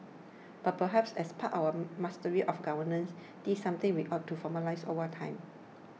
but perhaps as part of our mastery of governance this is something we ought to formalise over time